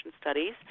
Studies